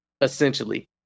essentially